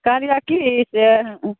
कहलियौ की जे